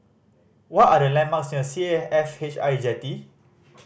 what are the landmarks near C A F H I Jetty